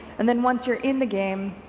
and then once you're in the game,